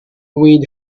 wind